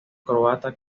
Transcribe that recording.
croata